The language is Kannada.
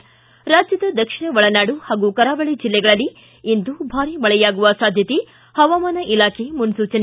ಿ ರಾಜ್ಯದ ದಕ್ಷಿಣ ಒಳನಾಡು ಹಾಗೂ ಕರಾವಳಿ ಜಿಲ್ಲೆಗಳಲ್ಲಿ ಇಂದು ಭಾರಿ ಮಳೆಯಾಗುವ ಸಾಧ್ಯತೆ ಹವಾಮಾನ ಇಲಾಖೆ ಮುನ್ಸುಚನೆ